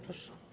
Proszę.